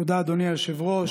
תודה, אדוני היושב-ראש.